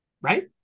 right